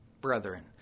brethren